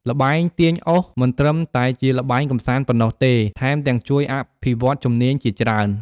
ល្បែងទាញអុស មិនត្រឹមតែជាល្បែងកម្សាន្តប៉ុណ្ណោះទេ ថែមទាំងជួយអភិវឌ្ឍជំនាញជាច្រើន